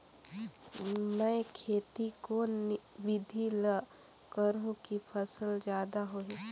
मै खेती कोन बिधी ल करहु कि फसल जादा होही